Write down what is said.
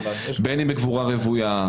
בין אם בקבורה רוויה,